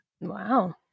wow